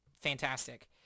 fantastic